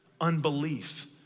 unbelief